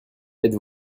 êtes